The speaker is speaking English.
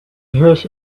hears